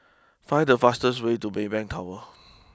find the fastest way to Maybank Tower